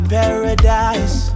paradise